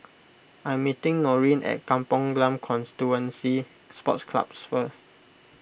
I'm meeting Norene at Kampong Glam Constituency Sports Club first